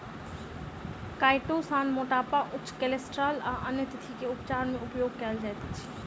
chitosan मोटापा उच्च cholesterol आ अन्य स्तिथि के उपचार मे उपयोग कायल जाइत अछि